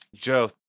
Joe